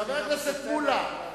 חבר הכנסת מולה,